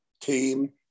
team